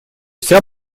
вся